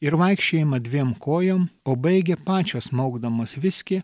ir vaikščiojimą dviem kojom o baigia pačios maukdamos viskį